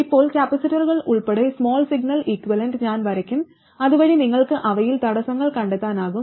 ഇപ്പോൾ കപ്പാസിറ്ററുകൾ ഉൾപ്പെടെ സ്മാൾ സിഗ്നൽ ഇക്വലന്റ് ഞാൻ വരയ്ക്കും അതുവഴി നിങ്ങൾക്ക് അവയിൽ തടസ്സങ്ങൾ കണ്ടെത്താനാകും